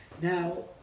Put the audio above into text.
Now